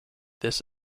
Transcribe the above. this